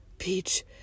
Peach